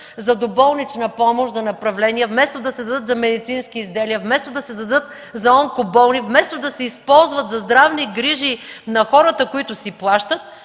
за доболнична помощ за направления, вместо да се дадат за медицински изделия, вместо да се дадат за онкоболни, вместо да се използват за здравни грижи на хората, които си плащат,